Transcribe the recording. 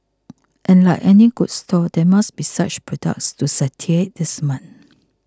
and like any good store there must be such products to satiate this man